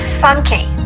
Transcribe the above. funky